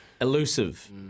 Elusive